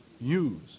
use